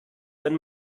wenn